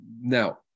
Now